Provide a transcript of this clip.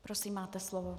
Prosím, máte slovo.